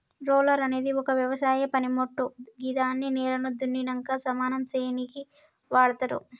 roller అనేది ఒక వ్యవసాయ పనిమోట్టు గిదాన్ని నేలను దున్నినంక సమానం సేయనీకి వాడ్తరు